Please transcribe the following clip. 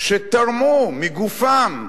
שתרמו מגופם,